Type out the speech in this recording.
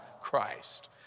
Christ